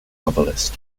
novelist